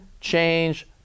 change